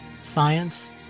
Science